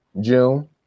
June